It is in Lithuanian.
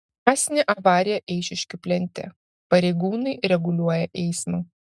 masinė avarija eišiškių plente pareigūnai reguliuoja eismą